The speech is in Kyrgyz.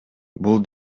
бул